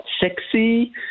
sexy